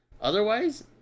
otherwise